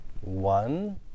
one